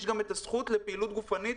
יש גם זכות לפעילות גופנית.